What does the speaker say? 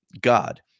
god